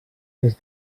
les